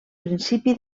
principi